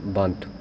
ਬੰਦ